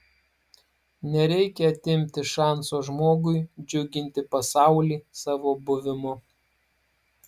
nereikia atimti šanso žmogui džiuginti pasaulį savo buvimu